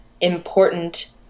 important